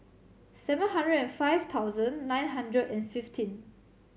seven hundred and five thousand nine hundred and fifteen